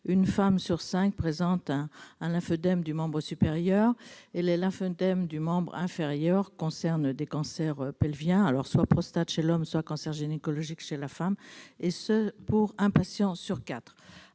une femme sur cinq présente un lymphoedème du membre supérieur, et les lymphoedèmes du membre inférieur après cancer pelvien- cancer de la prostate chez l'homme ou cancer gynécologique chez la femme -touchent un patient sur quatre.